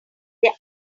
their